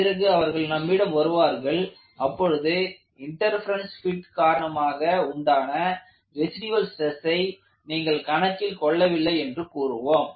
பிறகு அவர்கள் நம்மிடம் வருவார்கள் அப்பொழுது இன்டர்பெரென்ஸ் பிட் காரணமாக உண்டான ரெசிடுயல் ஸ்ட்ரெஸை நீங்கள் கணக்கில் கொள்ளவில்லை என்று கூறுவோம்